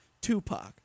Tupac